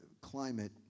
climate